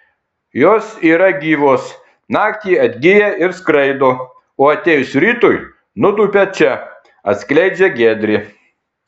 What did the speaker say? jos yra gyvos naktį atgyja ir skraido o atėjus rytui nutūpia čia atskleidžia giedrė